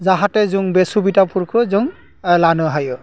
जाहाथे जों बे सुबिदाफोरखौ जों लानो हायो